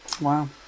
Wow